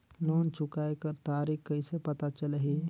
Loan चुकाय कर तारीक कइसे पता चलही?